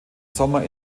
sommer